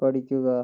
പഠിക്കുക